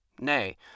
Nay